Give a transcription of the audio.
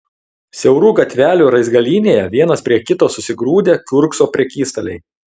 siaurų gatvelių raizgalynėje vienas prie kito susigrūdę kiurkso prekystaliai